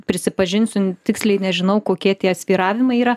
prisipažinsiu tiksliai nežinau kokie tie svyravimai yra